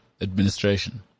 administration